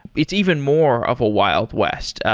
it's even more of a wild west,